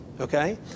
okay